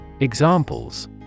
examples